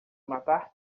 matar